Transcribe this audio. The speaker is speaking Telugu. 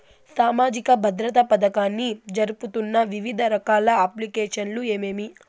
సామాజిక భద్రత పథకాన్ని జరుపుతున్న వివిధ రకాల అప్లికేషన్లు ఏమేమి?